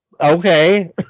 okay